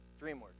DreamWorks